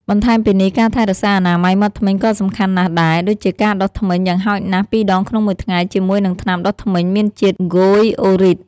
បន្ថែមពីនេះ ការថែរក្សាអនាម័យមាត់ធ្មេញក៏សំខាន់ណាស់ដែរ ដូចជាការដុសធ្មេញយ៉ាងហោចណាស់ពីរដងក្នុងមួយថ្ងៃជាមួយនឹងថ្នាំដុសធ្មេញមានជាតិហ្វ្លុយអូរីត។